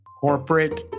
corporate